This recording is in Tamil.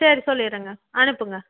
சரி சொல்லிடுறேங்க அனுப்புங்க